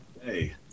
Hey